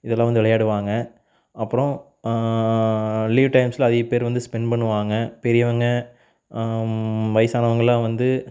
இதலாம் வந்து விளையாடுவாங்க அப்பறம் லீவ் டைம்சில்அதிகப் பேர் வந்து ஸ்பெண்ட் பண்ணுவாங்க பெரியவங்க வயதானவங்கள்லாம் வந்து